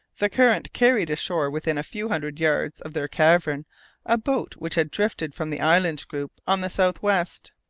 the current carried ashore within a few hundred yards of their cavern a boat which had drifted from the island group on the south-west.